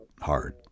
hard